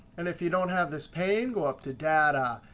and if you don't have this pane, go up to data.